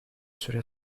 süre